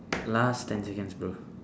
last ten seconds bro